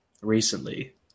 recently